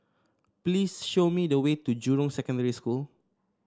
please show me the way to Jurong Secondary School